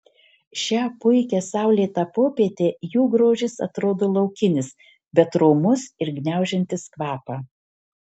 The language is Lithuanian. šią puikią saulėtą popietę jų grožis atrodo laukinis bet romus ir gniaužiantis kvapą